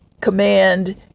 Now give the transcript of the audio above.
command